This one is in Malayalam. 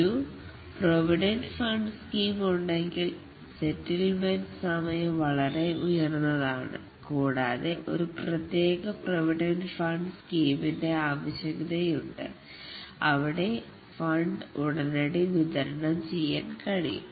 ഒരു പ്രൊവിഡൻ ഫണ്ട് സ്കീം ഉണ്ടെങ്കിലും സെറ്റിൽമെൻറ് സമയം വളരെ ഉയർന്നതാണ് ആണ് കൂടാതെ ഒരു പ്രത്യേക പ്രൊവിഡൻറ് ഫണ്ട് സ്കീമിൻറെ ആവശ്യകത യുണ്ട് അവിടെ ഫണ്ട് ഉടനടി വിതരണം ചെയ്യാൻ കഴിയും